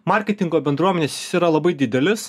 marketingo bendruomenės jis yra labai didelis